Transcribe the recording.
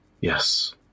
Yes